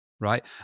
right